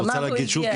את רוצה להגיד שוב?